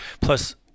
Plus